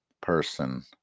person